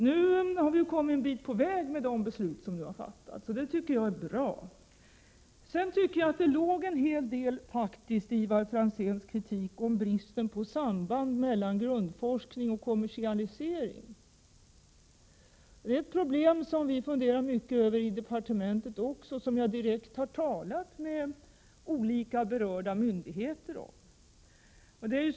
Nu har vi kommit en bit på väg med de beslut vi fattat. Det tycker jag är bra. Det låg en hel del i Ivar Franzéns kritik mot bristen på samband mellan grundforskning och kommersialisering. Det är ett problem som också vi funderar mycket över i departementet och som jag direkt talat med olika berörda myndigheter om.